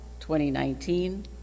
2019